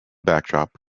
backdrop